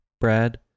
brad